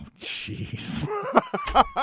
jeez